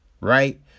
Right